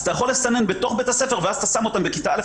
אז אתה יכול לסנן בתוך בית הספר ואז אתה שם אותם בכיתה א',